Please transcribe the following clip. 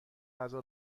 غذا